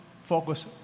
Focus